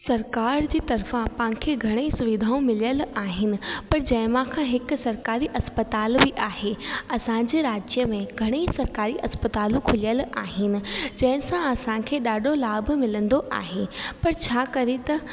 सरकार जी तर्फ़ां पाण खे घणेई सुविधाऊं मिलियल आहिनि पर जंहिंमां खां हिकु सरकारी अस्पताल बि आहे असांजे राज्य में घणेई सरकारी अस्पतालूं खुलियल आहिनि जंहिंसां असांखे ॾाढो लाभ मिलंदो आहे पर छा करे त